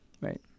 right